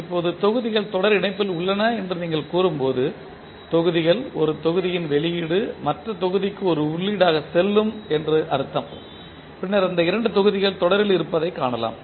இப்போது தொகுதிகள் தொடர் இணைப்பில் உள்ளன என்று நீங்கள் கூறும்போது தொகுதிகள் ஒரு தொகுதியின் வெளியீடு மற்ற தொகுதிக்கு ஒரு உள்ளீடாகச் செல்லும் என்று அர்த்தம் பின்னர் இந்த இரண்டு தொகுதிகள் தொடரில் இருப்பதைக் காணலாம்